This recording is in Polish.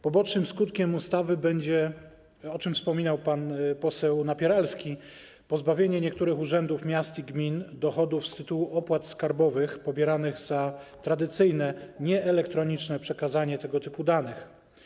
Pobocznym skutkiem ustawy będzie, o czym wspominał pan poseł Napieralski, pozbawienie niektórych urzędów miast i gmin dochodów z tytułu opłat skarbowych pobieranych za tradycyjne nieelektroniczne przekazanie tego typu danych.